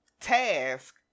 task